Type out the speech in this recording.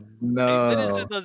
no